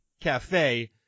Cafe